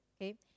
okay